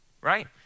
right